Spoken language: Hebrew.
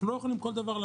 אנחנו לא יכולים כל דבר,